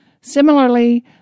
Similarly